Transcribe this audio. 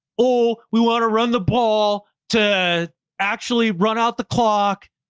oh, we want to run the ball to actually run out the clock,